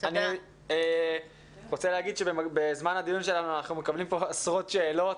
אני רוצה להגיד שבזמן הדיון שלנו אנחנו מקבלים פה עשרות שאלות,